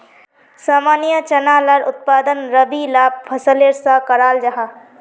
सामान्य चना लार उत्पादन रबी ला फसलेर सा कराल जाहा